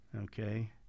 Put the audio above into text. Okay